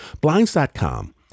Blinds.com